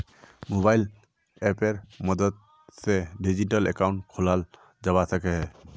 mobile अप्पेर मद्साद से डिजिटल अकाउंट खोलाल जावा सकोह